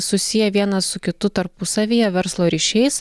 susiję vienas su kitu tarpusavyje verslo ryšiais